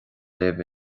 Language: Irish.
libh